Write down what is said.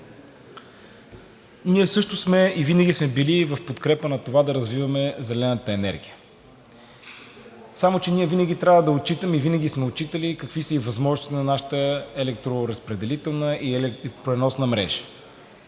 Ние също сме и винаги сме били в подкрепа на това да развиваме зелената енергия, само че винаги трябва да отчитаме и винаги сме отчитали какви са и възможностите на нашата електроразпределителна и електропреносна мрежа.